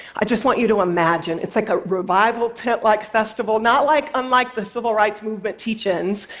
i just want you to imagine. it's like a revival, tent-like festival, not like unlike the civil rights movement teach-ins.